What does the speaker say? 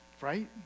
right